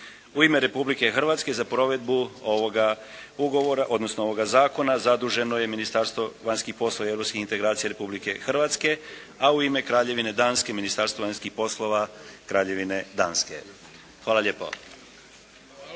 U ime Republike Hrvatske za provedbu ovoga ugovora odnosno ovoga zakona zaduženo je Ministarstvo vanjskih poslova i europskih integracija Republike Hrvatske, a u ime Kraljevine Danske Ministarstvo vanjskih poslova Kraljevine Danske. Hvala lijepo.